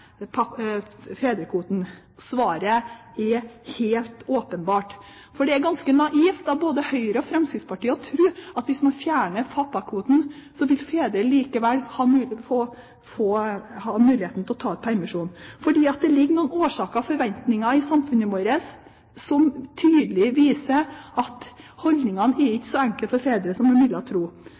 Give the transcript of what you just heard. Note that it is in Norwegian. fjerner fedrekvoten? Svaret er helt åpenbart. Det er ganske naivt av både Høyre og Fremskrittspartiet å tro at hvis man fjerner pappakvoten, vil fedrene likevel ha mulighet til å ta ut permisjon. Det ligger noen årsaker og forventninger i samfunnet vårt som tydelig viser at holdningene ikke er så enkle når det gjelder fedre, som en ville tro.